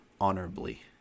honorably